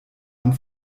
man